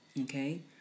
Okay